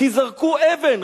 כי זרקו אבן.